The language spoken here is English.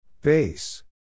Base